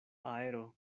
aero